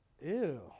ew